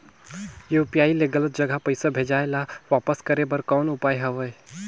UPI ले गलत जगह पईसा भेजाय ल वापस करे बर कौन उपाय हवय?